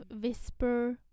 whisper